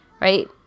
right